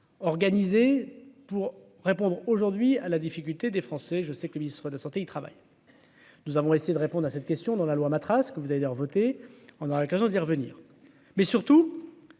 organisés pour répondre aujourd'hui à la difficulté des Français, je sais que le ministre de santé il travaille. Nous avons essayé de répondre à cette question dans la loi, ma ce que vous allez dire voter, on aura l'occasion d'y revenir, mais surtout